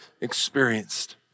experienced